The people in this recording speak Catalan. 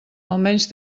almenys